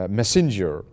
messenger